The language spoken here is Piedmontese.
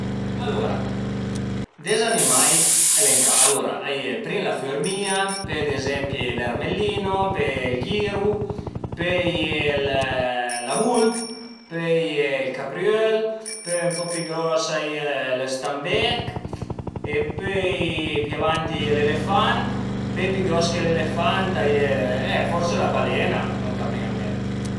Alura des animai elencà: alura prim la fürmìa, pöi ad ezempi l'ermellino, pöi ël ghiru, pöi a ie la vulp, pöi a ie ël capriöl, pöi ën po pi gros ai e lë stambech e pöi pi avanti l'elefant, pöi pi gros dë l'elefant a ie forsi la balen-a ch'a më ven ën ment